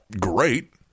great